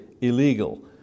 illegal